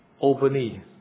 openly